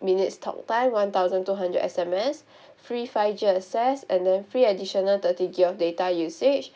minutes talktime one thousand two hundred S_M_S free five G access and then free additional thirty gig of data usage